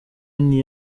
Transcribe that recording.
wine